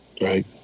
right